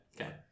Okay